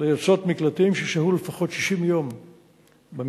לעשרות נקלטים ששהו לפחות 60 יום במקלט.